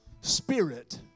spirit